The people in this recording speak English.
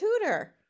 tutor